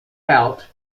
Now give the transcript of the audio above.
out